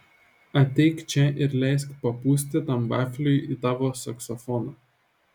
ateik čia ir leisk papūsti tam vafliui į tavo saksofoną